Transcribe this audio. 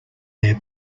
their